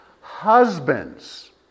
Husbands